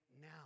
now